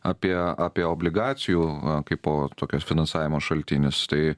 apie apie obligacijų kaipo tokio finansavimo šaltinis tai